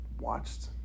watched